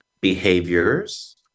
behaviors